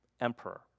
emperor